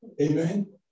Amen